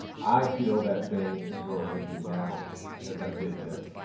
i feel that same exhilaration now as i did then,